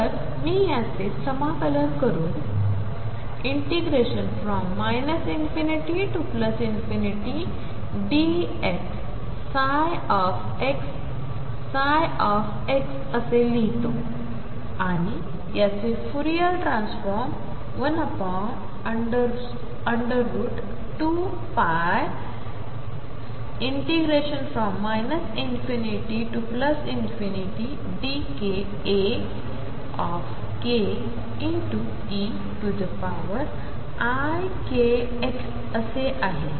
तर मी याचे समाकलन करून ∞ dx xψ असे लिहितो आणि याचे फूरियर ट्रान्सफॉर्म 12π ∞ dk Akeikx असे आहे